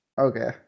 Okay